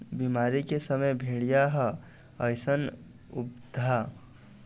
बिमारी के समे भेड़िया ह अइसन पउधा के पाना ल खाथे जेखर ले ओ बिमारी ह बने हो जाए